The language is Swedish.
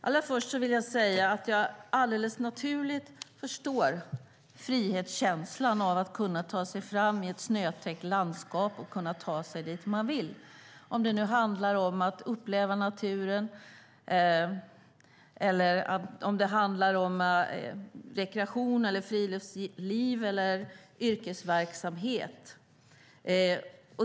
Allra först vill jag säga att jag naturligt nog förstår frihetskänslan i att kunna ta sig fram i ett snötäckt landskap och kunna ta sig dit man vill, om det nu handlar om att uppleva naturen, om rekreation, friluftsliv eller yrkesverksamhet.